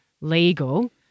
legal